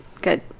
Good